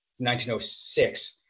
1906